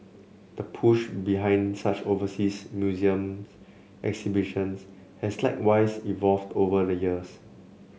the push behind such overseas museums exhibitions has likewise evolved over the years